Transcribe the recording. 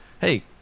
hey